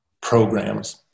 programs